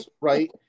right